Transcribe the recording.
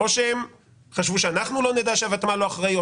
או שהם חשבו שאנחנו לא נדע שהותמ"ל לא אחראי,